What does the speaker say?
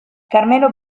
carmelo